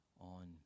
on